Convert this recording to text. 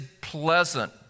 pleasant